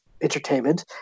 entertainment